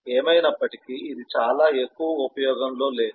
ఏమైనప్పటికీ ఇది చాలా ఎక్కువ ఉపయోగంలో లేదు